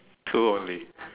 two only